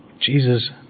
Jesus